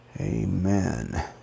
Amen